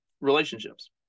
relationships